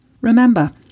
Remember